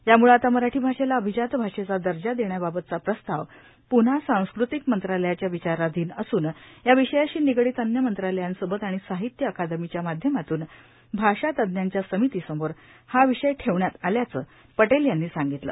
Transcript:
याम्ळे आता मराठी भाषेला अभिजात भाषेचा दर्जा देण्याबाबतचा प्रस्ताव प्न्हा सांस्कृतिक मंत्रालयाच्या विचाराधीन असून या विषयाशी निगडीत अन्य मंत्रालयांसोबत आणि साहित्य अकादमीच्या माध्यमातून भाषा तज्ज्ञांच्या समिती समोर हा विषय ठेवण्यात आल्याचे पटेल यांनी सांगितले